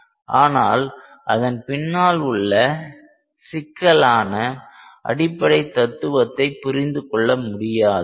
ஆனால் அதன் பின்னால் உள்ள சிக்கலான அடிப்படைத் தத்துவத்தை புரிந்து கொள்ள முடியாது